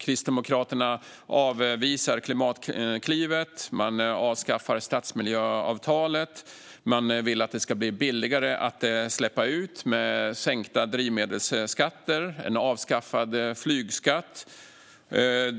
Kristdemokraterna avvisar Klimatklivet, man avskaffar stadsmiljöavtalet och man vill att det ska bli billigare att släppa ut genom sänkta drivmedelsskatter och en avskaffad flygskatt.